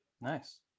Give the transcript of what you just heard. Nice